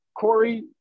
Corey